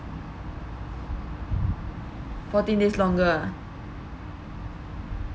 fourteen days longer ah